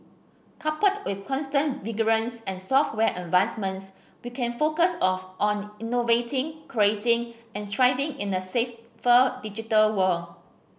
coupled with constant vigilance and software advancements we can focus on on innovating creating and thriving in a safer digital world